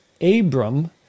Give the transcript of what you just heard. Abram